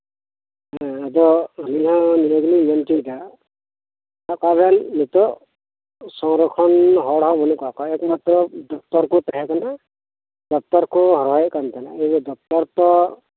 ᱦᱮᱸ ᱟᱫᱚ ᱟᱹᱞᱤᱧ ᱦᱚᱸ ᱱᱤᱭᱟᱹᱜᱮᱞᱤᱧ ᱢᱮᱱ ᱚᱪᱚᱭᱮᱫᱟ ᱥᱟᱵᱠᱟᱜᱵᱮᱱ ᱱᱤᱛᱚᱜ ᱥᱚᱝᱨᱚᱠᱷᱚᱱ ᱦᱚᱲᱦᱚᱸ ᱵᱟᱹᱱᱩᱜ ᱟᱠᱟᱫ ᱠᱚᱣᱟ ᱮᱠᱢᱟᱛᱨᱚ ᱫᱚᱯᱛᱚᱨᱠᱩ ᱛᱟᱦᱮᱸᱠᱟᱱᱟ ᱫᱚᱯᱛᱚᱨᱠᱩ ᱦᱚᱨᱦᱚᱭᱮᱫ ᱠᱟᱱᱛᱟᱦᱮᱸ ᱠᱟᱱᱟ ᱫᱚᱯᱛᱚᱨᱯᱚᱨ